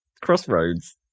crossroads